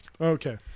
okay